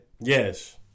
Yes